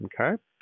okay